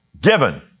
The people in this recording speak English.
Given